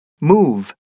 Move